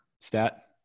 stat